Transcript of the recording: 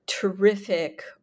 terrific